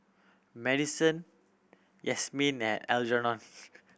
Madisyn Yazmin and Algernon